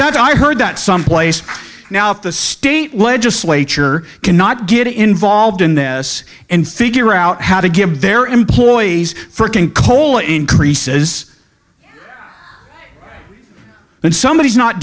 that i heard that someplace now if the state legislature cannot get involved in this and figure out how to give their employees for king cole increases when somebody is not